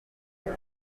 des